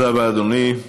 תודה רבה, אדוני.